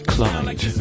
Clyde